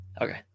Okay